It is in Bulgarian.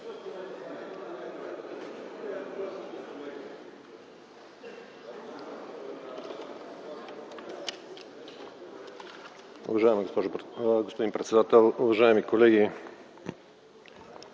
Уважаеми господин председател, уважаеми колеги!